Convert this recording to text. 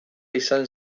izan